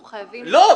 אנחנו חייבים --- לא,